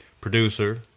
producer